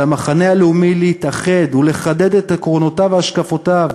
על המחנה הלאומי להתאחד ולחדד את עקרונותיו והשקפותיו.